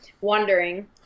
wondering